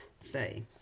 say